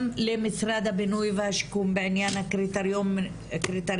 גם למשרד הבינוי והשיכון, בעניין הקריטריונים.